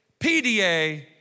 PDA